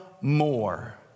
more